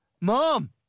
Mom